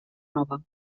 nova